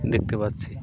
দেখতে পাচ্ছি